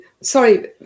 Sorry